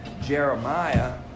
Jeremiah